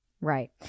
Right